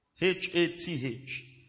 H-A-T-H